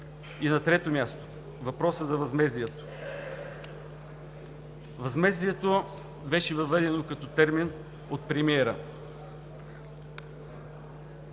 На трето място – въпросът за възмездието. Възмездието беше въведено като термин от премиера.